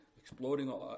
exploding